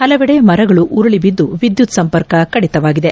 ಹಲವೆಡೆ ಮರಗಳು ಉರುಳಿ ಬಿದ್ದು ವಿದ್ಯುತ್ ಸಂಪರ್ಕ ಕಡಿತವಾಗಿದೆ